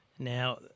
Now